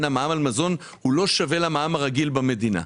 המע"מ על מזון הוא לא שווה למע"מ הרגיל במדינה.